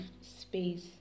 space